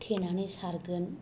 थेनानै सारगोन